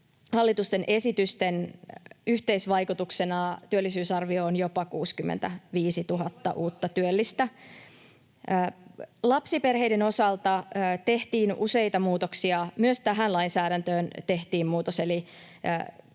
hallitusten esitysten yhteisvaikutuksena työllisyysarvio on jopa 65 000 uutta työllistä. Lapsiperheiden osalta tehtiin useita muutoksia, myös tähän lainsäädäntöön tehtiin muutos.